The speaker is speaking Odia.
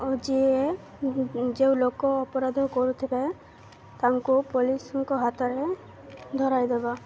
ଓ ଯିଏ ଯେଉଁ ଲୋକ ଅପରାଧ କରୁଥିବେ ତାଙ୍କୁ ପୋଲିସ୍ଙ୍କ ହାତରେ ଧରାଇଦେବା